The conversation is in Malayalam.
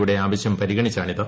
യുടെ ആവശ്യം പരിഗണിച്ചാണിത്